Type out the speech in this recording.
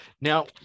Now